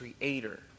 creator